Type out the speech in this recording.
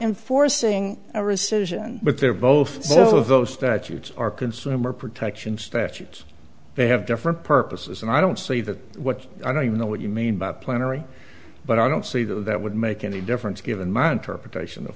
enforcing a rescission but they're both sort of those statutes are consumer protection statutes they have different purposes and i don't see that what i don't even know what you mean by plenary but i don't see that that would make any difference given my interpretation of